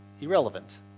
irrelevant